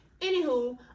Anywho